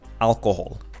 alcohol